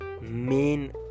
main